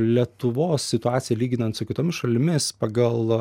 lietuvos situacija lyginant su kitomis šalimis pagal